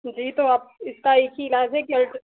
जी तो आप इसका एक ही इलाज है कि अल्ट